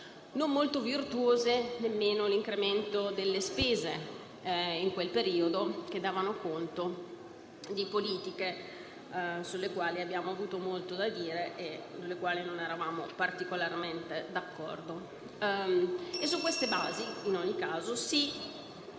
Non molto virtuoso nemmeno l'incremento delle spese in quel periodo, che davano conto di politiche sulle quali abbiamo avuto molto da dire e con le quali non eravamo particolarmente d'accordo. Su queste basi in ogni caso si